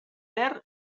verd